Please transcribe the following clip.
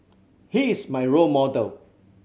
he is my role model